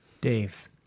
Dave